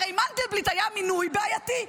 הרי מנדלבליט היה מינוי בעייתי.